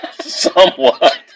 somewhat